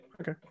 Okay